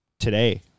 Today